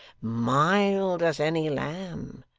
mild as any lamb.